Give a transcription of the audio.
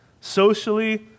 socially